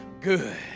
good